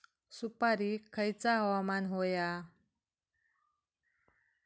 सुपरिक खयचा हवामान होया?